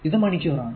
ഇത് മണിക്കൂർ ആണ്